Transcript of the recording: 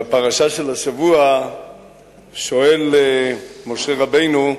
בפרשה של השבוע שואל משה רבנו: